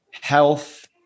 health